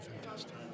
fantastic